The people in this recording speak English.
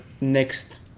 next